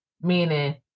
meaning